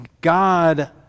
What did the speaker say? God